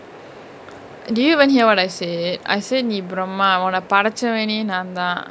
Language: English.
did you even hear what I said I said நீ:nee brahma ஒன்ன படச்சவனே நாந்தா:onna padachavane naanthaa